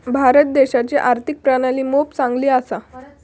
भारत देशाची आर्थिक प्रणाली मोप चांगली असा